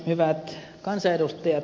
hyvät kansanedustajat